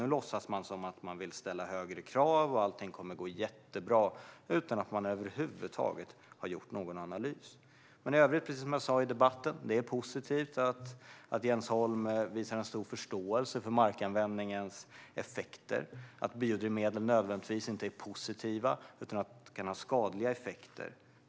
Nu låtsas ni att ni vill ställa högre krav och att allting kommer att gå jättebra, utan att ni över huvud taget har gjort någon analys. I övrigt, precis som jag sa i debatten, är det positivt att Jens Holm visar en stor förståelse för markanvändningens effekter och att biodrivmedel inte nödvändigtvis är positiva utan kan ha skadliga effekter.